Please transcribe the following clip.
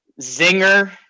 Zinger